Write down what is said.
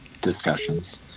discussions